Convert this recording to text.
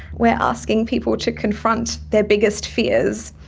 we are asking people to confront their biggest fears.